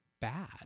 bad